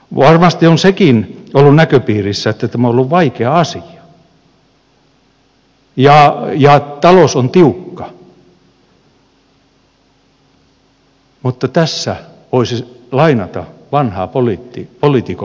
varmasti on sekin ollut näköpiirissä että tämä on ollut vaikea asia ja talous on tiukka mutta tässä voisi lainata vanhaa poliitikon ohjetta